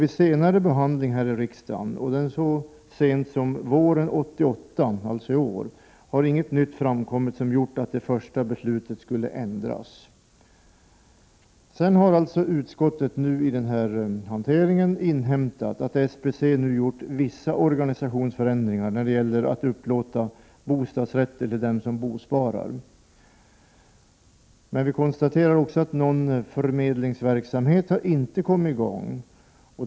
Vid senare behandling här i riksdagen — så sent som våren 1988 — har inget nytt framkommit som gjort att det första beslutet skulle ändras. Utskottet har i denna hantering inhämtat att SBC nu gjort vissa organisationsförändringar när det gäller att upplåta bostadsrätter till den som bosparar. Vi konstaterar också att någon förmedlingsverksamhet inte har kommit i gång.